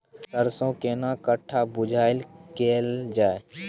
सरसो केना कट्ठा बुआई कैल जाय?